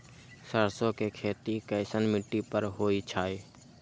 सरसों के खेती कैसन मिट्टी पर होई छाई?